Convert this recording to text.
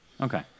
Okay